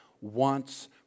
wants